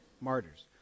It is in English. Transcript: martyrs